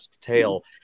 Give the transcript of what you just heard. tale